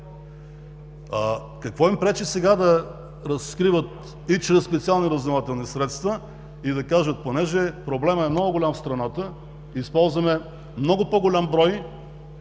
Какво им пречи сега да разкриват и чрез специални разузнавателни средства, и да кажат: „Понеже проблемът е много голям в страната, използваме много по-голям брой